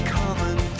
common